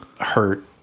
hurt